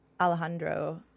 Alejandro